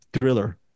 thriller